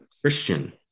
Christian